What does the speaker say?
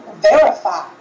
verify